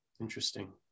Interesting